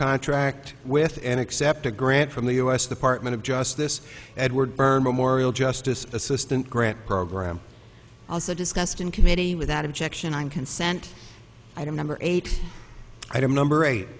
contract with and accept a grant from the us department of justice edward burma morial justice assistant grant program also discussed in committee without objection on consent item number eight item number eight